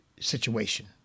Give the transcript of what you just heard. situation